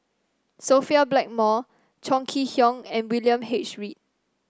Sophia Blackmore Chong Kee Hiong and William H Read